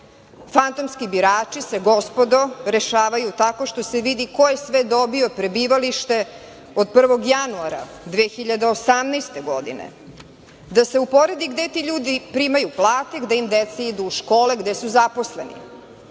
Fantomski birači se, gospodo, rešavaju tako što se vidi ko je sve dobio prebivalište od 1. januara 2018. godine, da se uporedi gde ti ljudi primaju plate, gde im deca idu u škole, gde su zaposleni.Za